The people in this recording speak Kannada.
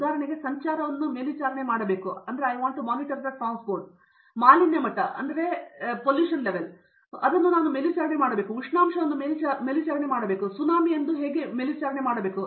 ಉದಾಹರಣೆಗೆ ನಾನು ಸಂಚಾರವನ್ನು ಮೇಲ್ವಿಚಾರಣೆ ಮಾಡಬೇಕಾಗಿದೆ ಮಾಲಿನ್ಯ ಮಟ್ಟವನ್ನು ನಾನು ಮೇಲ್ವಿಚಾರಣೆ ಮಾಡಬೇಕು ನಾನು ಉಷ್ಣಾಂಶವನ್ನು ಮೇಲ್ವಿಚಾರಣೆ ಮಾಡಬೇಕು ಇಂದು ಸುನಾಮಿ ಎಂದು ನಾನು ಮೇಲ್ವಿಚಾರಣೆ ಮಾಡಬೇಕಾಗಿದೆ